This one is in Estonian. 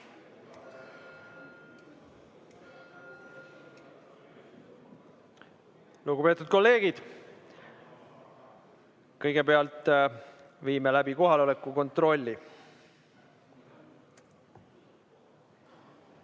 gLugupeetud kolleegid, kõigepealt viime läbi kohaloleku kontrolli.